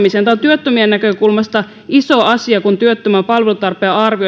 työttömien näkökulmasta iso asia kun työttömän palvelutarpeen arvioitu palveluohjaus